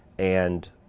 and